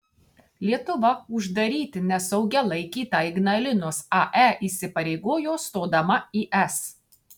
lietuva uždaryti nesaugia laikytą ignalinos ae įsipareigojo stodama į es